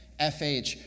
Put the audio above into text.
FH